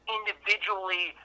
Individually